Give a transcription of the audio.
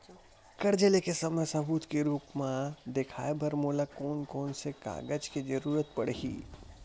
कर्जा ले के समय सबूत के रूप मा देखाय बर मोला कोन कोन से कागज के जरुरत पड़ही?